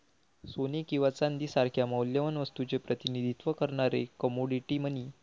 सोने किंवा चांदी सारख्या मौल्यवान वस्तूचे प्रतिनिधित्व करणारे कमोडिटी मनी